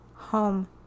home